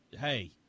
hey